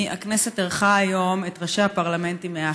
הכנסת אירחה היום את ראשי הפרלמנטים מאפריקה.